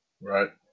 Right